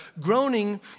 Groaning